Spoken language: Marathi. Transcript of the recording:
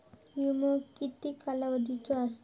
विमो किती कालावधीचो असता?